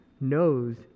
knows